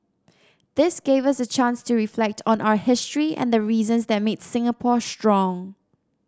this gave us a chance to reflect on our history and the reasons that made Singapore strong